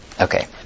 Okay